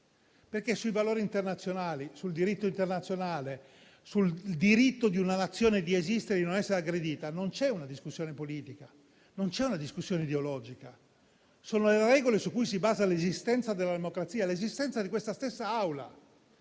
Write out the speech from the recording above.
Sui valori internazionali, sul diritto internazionale, sul diritto di una Nazione di esistere e di non essere aggredita non c'è una discussione politica o ideologica; sono le regole su cui si basa l'esistenza della democrazia, l'esistenza di questa stessa Aula.